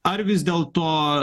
ar vis dėl to